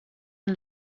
ein